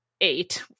eight